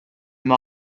m’en